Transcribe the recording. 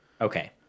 Okay